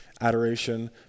adoration